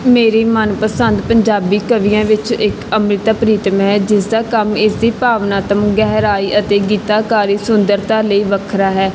ਮੇਰੀ ਮਨ ਪਸੰਦ ਪੰਜਾਬੀ ਕਵੀਆਂ ਵਿੱਚ ਇੱਕ ਅੰਮ੍ਰਿਤਾ ਪ੍ਰੀਤਮ ਹੈ ਜਿਸ ਦਾ ਕੰਮ ਇਸ ਦੀ ਭਾਵਨਾਤਮਕ ਗਹਿਰਾਈ ਅਤੇ ਗੀਤਾਕਾਰੀ ਸੁੰਦਰਤਾ ਲਈ ਵੱਖਰਾ ਹੈ